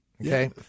okay